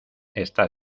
está